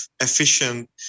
efficient